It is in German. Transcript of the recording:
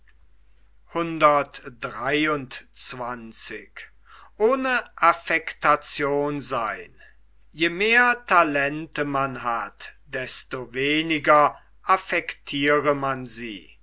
je mehr talente man hat desto weniger affektire man sie